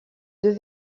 deux